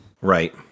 Right